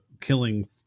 killing